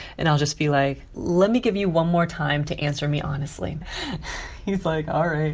and i'll just be like, let me give you one more time to answer me honestly he's like, all right,